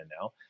now